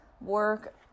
work